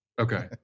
Okay